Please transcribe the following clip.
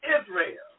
Israel